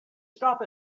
stop